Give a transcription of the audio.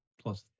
plus